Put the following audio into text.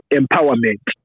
empowerment